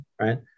right